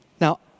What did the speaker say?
Now